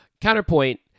counterpoint